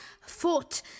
fought